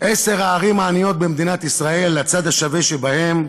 עשר הערים העניות במדינת ישראל, הצד השווה שבהן: